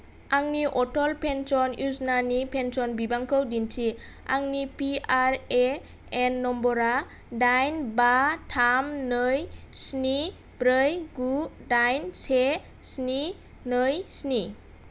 आंनि अटल पेन्सन य'जनानि पेन्सन बिबांखौ दिन्थि आंनि पिआरएएन नम्बरआ दाइन बा थाम नै स्नि ब्रै गु दाइन से स्नि नै स्नि